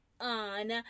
on